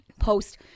post